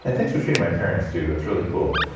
and thanks for treating my parents too. that's really cool.